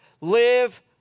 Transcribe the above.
Live